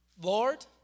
Lord